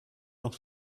auch